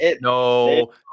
No